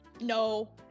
No